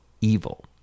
evil